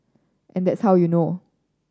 and that's how you know